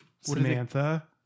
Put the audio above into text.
Samantha